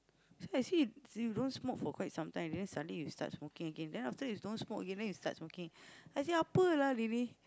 that's why I say you don't smoke for quite some time then suddenly you start smoking again then after that you don't smoke again then you start smoking I say apa lah really